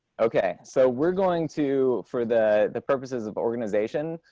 okay, so we're going to, for the the purposes of organization,